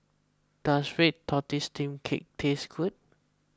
does Red Tortoise Steamed Cake taste good